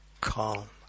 Calm